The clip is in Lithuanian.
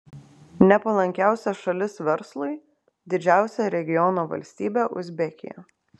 nepalankiausia šalis verslui didžiausia regiono valstybė uzbekija